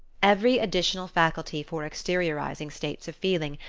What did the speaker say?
every additional faculty for exteriorizing states of feeling,